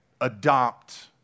adopt